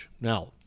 Now –